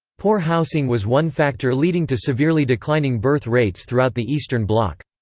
poor housing was one factor leading to severely declining birth rates throughout the eastern bloc.